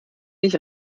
nicht